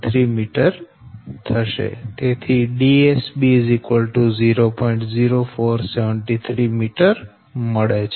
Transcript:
da3b3 19 છે